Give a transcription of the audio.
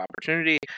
opportunity